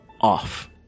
off